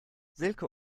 silke